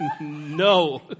No